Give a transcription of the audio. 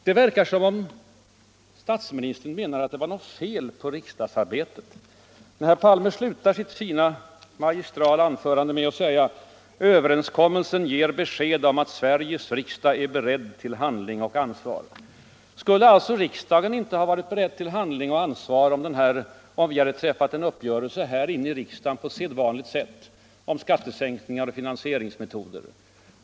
Det verkar som om statsministern menade att det skulle vara något fel på riksdagsarbetet, när han slutade sitt magistrala anförande med att påstå att överenskommelsen utanför riksdagen ger besked om att Sveriges riksdag är beredd till handling och ansvar. Skulle alltså riksdagen inte ha varit beredd till handling och ansvar, om vi på sedvanligt sätt hade träffat kompromisser här i riksdagen om skattesänkningar och finansieringsmetoder?